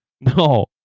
No